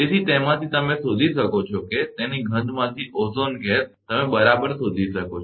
તેથી તેમાંથી તમે શોધી શકો છો કે તેની ગંધમાંથી ઓઝોન ગેસ તમે બરાબર શોધી શકો છો